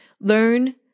Learn